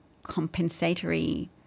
compensatory